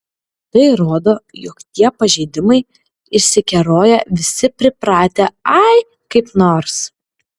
tai rodo jog tie pažeidimai išsikeroję visi pripratę ai kaip nors